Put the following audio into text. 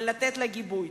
ולתת לה גיבוי.